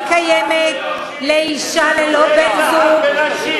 היא קיימת לאישה ללא בן-זוג,